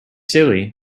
silly